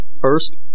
first